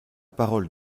parole